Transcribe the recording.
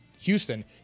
Houston